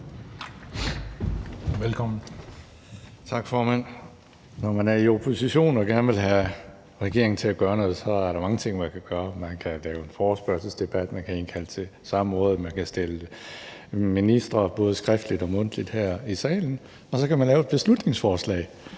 (DF): Tak, formand. Når man er i opposition og gerne vil have regeringen til at gøre noget, er der mange ting, man kan gøre. Man kan rejse en forespørgselsdebat, man kan indkalde til samråd, man kan stille ministre både skriftlige og mundtlige spørgsmål, og så kan man fremsætte et beslutningsforslag